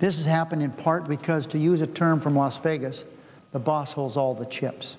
this happened in part because to use a term from las vegas the boss holds all the chips